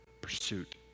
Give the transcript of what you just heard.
pursuit